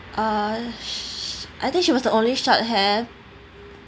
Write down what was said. uh I think she was the only short hair